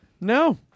No